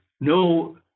no